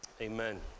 Amen